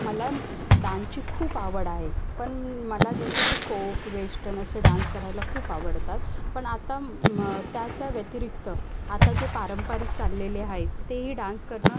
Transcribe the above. मला डांची खूप आवड आहे पण मला जसं की फोक वेष्टन असे डान्स करायला खूप आवडतात पण आत्ता मग त्याच्या व्यतिरिक्त आता जे पारंपारिक चाललेले आहेत तेही डान्स करणं